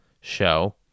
show